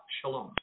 shalom